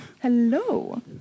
Hello